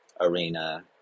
arena